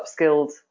upskilled